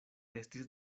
estis